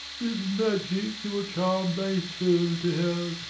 this magic, that will charm thy soul to hell,